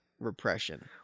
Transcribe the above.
repression